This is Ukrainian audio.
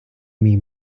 мій